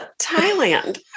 Thailand